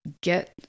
get